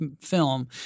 film